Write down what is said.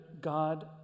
God